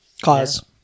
cause